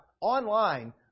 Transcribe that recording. Online